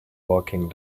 walking